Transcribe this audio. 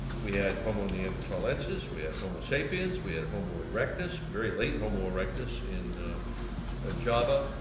we had homo neanderthalensis. we had homo sapiens. we had homo erectus, very late homo erectus in ah java.